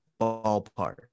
ballpark